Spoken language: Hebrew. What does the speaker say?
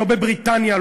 לא בבריטניה,